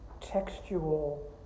textual